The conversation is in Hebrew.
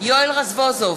יואל רזבוזוב,